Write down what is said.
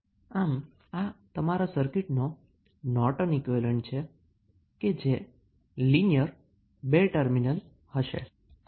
આમ આ તમારી સર્કીટનુ નોર્ટન ઈક્વીવેલેન્ટ છે જે સર્કીટ લિનિયર 2 ટર્મીનલ છે